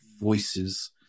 voices